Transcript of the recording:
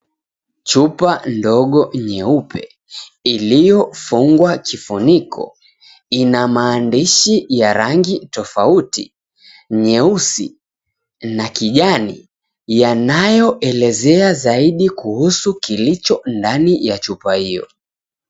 Chupa ndogo nyeupe iliyo fungwa kifuniko ina maandishi ya rangi tofauti, nyeusi na kijani, yanayoelezea zaidi kuhusu kilicho ndani ya chupa hio.